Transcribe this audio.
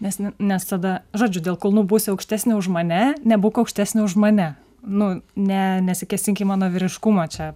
nes ne nes tada žodžių dėl kulnų busi aukštesnė už mane nebūk aukštesnė už mane nu ne nesikėsink į mano vyriškumą čia